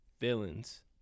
Villains